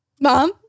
mom